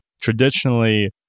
traditionally